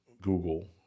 Google